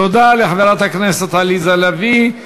תודה לחברת הכנסת עליזה לביא.